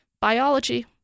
biology